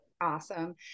Awesome